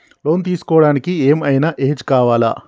Loan తీస్కోవడానికి ఏం ఐనా ఏజ్ కావాలా?